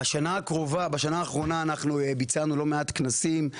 בשנה האחרונה אנחנו ביצענו לא מעט כנסים,